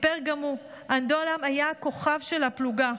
סיפר גם הוא: אנדועלם היה הכוכב של הפלוגה.